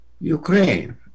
Ukraine